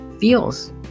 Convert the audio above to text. feels